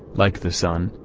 like the sun,